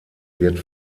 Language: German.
wird